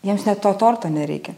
jiems nė to torto nereikia